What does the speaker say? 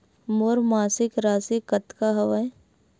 मोर मासिक राशि कतका हवय?